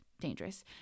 dangerous